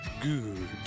Good